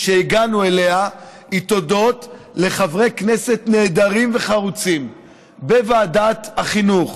שהגענו אליה היא הודות לחברי כנסת נהדרים וחרוצים בוועדת החינוך,